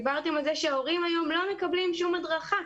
דיברתם על כך שההורים היום לא מקבלים כל הדרכה.